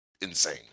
insane